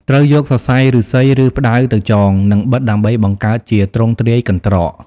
ត្រូវយកសរសៃឫស្សី ឬផ្តៅទៅចង និងបិតដើម្បីបង្កើតជាទ្រង់ទ្រាយកន្ត្រក។